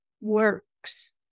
works